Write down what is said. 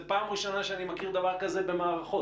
זו פעם ראשונה שאני מכיר דבר כזה במערכות.